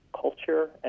culture